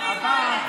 יש רוב, רוב לגיטימי.